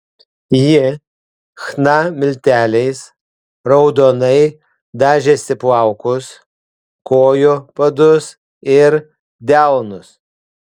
ji chna milteliais raudonai dažėsi plaukus kojų padus ir delnus